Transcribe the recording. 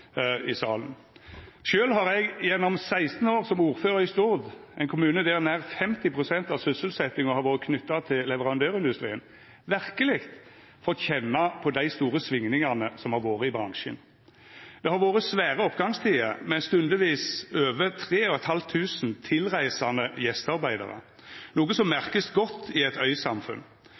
i salen. Sjølv har eg gjennom 16 år som ordførar i Stord, ein kommune der nær 50 pst. av sysselsetjinga har vore knytt til leverandørindustrien, verkeleg fått kjenna på dei store svingingane som har vore i bransjen. Det har vore svære oppgangstider, med stundvis over 3 500 tilreisande gjestearbeidarar, noko som merkast godt i eit øysamfunn.